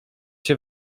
się